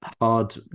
hard